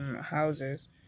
houses